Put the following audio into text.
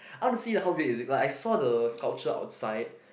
I want to see like how big is it like I saw the sculpture outside